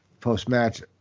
Post-match